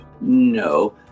No